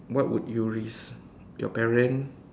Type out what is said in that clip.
what would you risk your parent